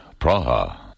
Praha